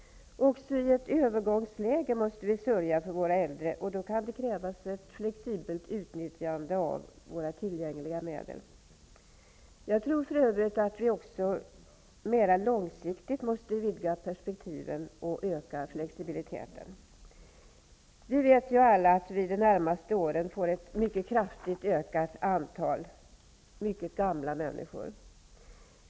Också i ett övergångsläge måste vi sörja för våra äldre, och då kan det krävas ett flexibelt utnyttjande av våra tillgängliga medel. Jag tror för övrigt att vi också mer långsiktigt måste vidga perspektiven och öka flexibiliteten. Vi vet ju alla att vi de närmaste åren får ett kraftigt ökat antal mycket gamla människor.